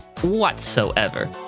whatsoever